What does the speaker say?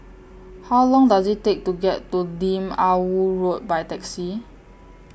How Long Does IT Take to get to Lim Ah Woo Road By Taxi